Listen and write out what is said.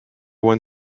one